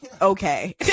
Okay